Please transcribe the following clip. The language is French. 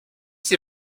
ces